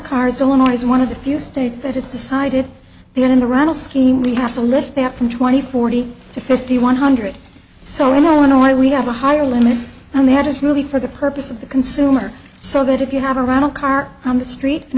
cars illinois is one of the few states that has decided to get in the ronald scheme we have to lift that from twenty forty to fifty one hundred so in illinois we have a higher limit and that is really for the purpose of the consumer so that if you have a run a car on the street and